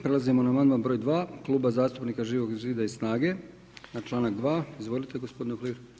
Prelazimo na amandman br. 2. Kluba zastupnika Živog zida i SNAGA-e na članak 2. Izvolite gospodine Uhlir.